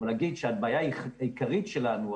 אבל להגיד שהבעיה העיקרית שלנו,